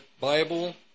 Bible